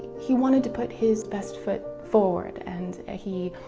he wanted to put his best foot forward and ah he